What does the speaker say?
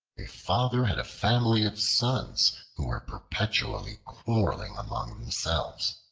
a father had a family of sons who were perpetually quarreling among themselves.